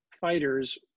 fighters